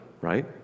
right